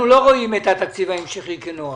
אנחנו לא רואים את התקציב ההמשכי כנוח,